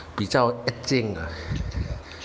比较近